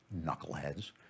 Knuckleheads